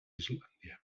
islàndia